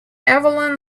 evelyn